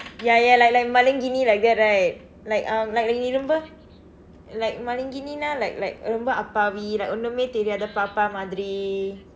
ya ya like like மழுங்கினி:mazhugkini like that right like um like you remember like மழுங்கினினா:mazhugkininaa like like ரொம்ப அப்பாவி:rompa appaavi like ஒண்ணுமே தெரியாத பாப்பா மாதிரி:onnumee theriyaatha paappaa maathiri